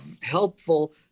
helpful